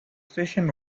station